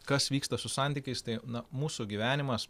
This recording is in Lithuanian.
kas vyksta su santykiais tai mūsų gyvenimas